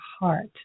heart